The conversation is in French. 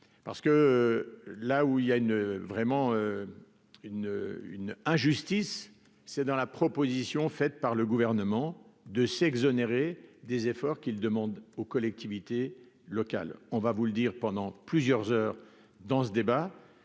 parce que là où il y a une vraiment une une injustice, c'est dans la proposition faite par le gouvernement de s'exonérer des efforts qu'il demande aux collectivités locales, on va vous le dire pendant plusieurs heures dans ce débat,